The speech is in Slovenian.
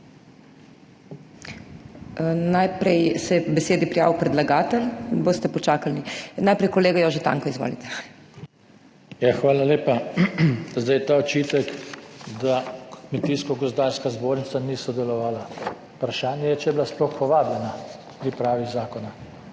Najprej se je k besedi prijavil predlagatelj. Boste počakali. Najprej kolega Jože Tanko. Izvolite. **JOŽE TANKO (PS SDS):** Hvala lepa. Zdaj ta očitek, da Kmetijsko-gozdarska zbornica ni sodelovala. Vprašanje je, če je bila sploh povabljena k pripravi zakona.